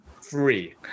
free